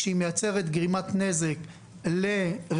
כשהיא מייצרת גרימת נזק לרכוש,